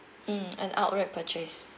mm an outright purchase